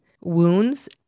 wounds